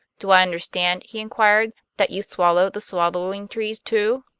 do i understand, he inquired, that you swallow the swallowing trees too?